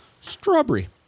Strawberry